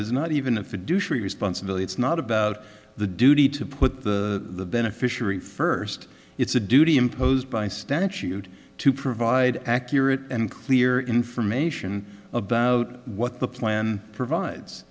is not even a fiduciary responsibility it's not about the duty to put the beneficiary first it's a duty imposed by statute to provide accurate and clear information about what the plan provides